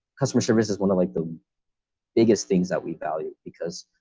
customer service is one of like the biggest things that we value because